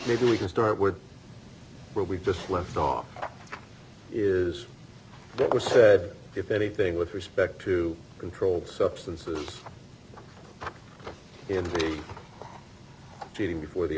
maybe we can start with where we've just left off is what was said if anything with respect to controlled substances in treating before the